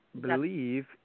believe